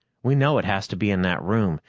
we know it has to be in that room.